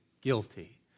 guilty